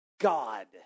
god